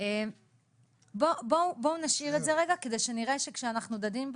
של ההכשרה הוא נושא מהותי.